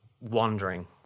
wandering